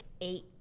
eight